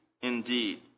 indeed